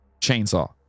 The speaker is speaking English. Chainsaw